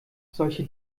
solche